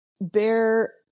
bear